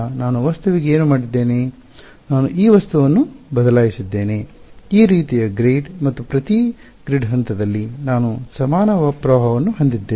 ನಾನು ಈ ವಸ್ತುವನ್ನು ಬದಲಾಯಿಸಿದ್ದೇನೆ ಈ ರೀತಿಯ ಗ್ರೇಡ್ ಮತ್ತು ಪ್ರತಿ ಗ್ರಿಡ್ ಹಂತದಲ್ಲಿ ನಾನು ಸಮಾನ ಪ್ರವಾಹವನ್ನು ಹೊಂದಿದ್ದೇನೆ